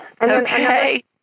Okay